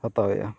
ᱦᱟᱛᱟᱣᱮᱫᱼᱟ